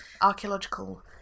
archaeological